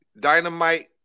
dynamite